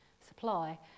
supply